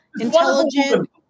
intelligent